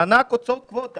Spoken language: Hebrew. מענק הוצאות קבועות,